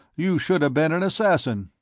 you should have been an assassin!